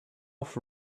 off